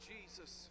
Jesus